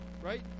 right